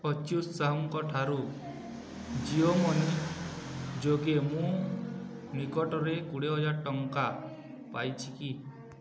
ଅଚ୍ୟୁତ ସାହୁଙ୍କ ଠାରୁ ଜିଓ ମନି ଯୋଗେ ମୁଁ ନିକଟରେ କୋଡ଼ିଏ ହଜାର ଟଙ୍କା ପାଇଛି କି